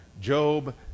Job